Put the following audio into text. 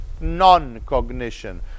non-cognition